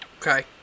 Okay